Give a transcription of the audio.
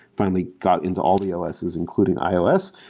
finally got into all the lss including ios.